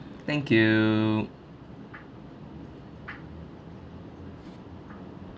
thank you